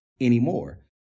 anymore